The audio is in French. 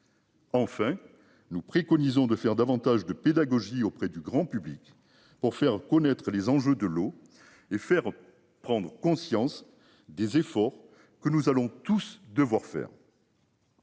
Enfin, nous préconisons de faire davantage de pédagogie auprès du grand public pour faire connaître les enjeux de l'eau et faire prendre conscience des efforts que nous allons tous devoir faire.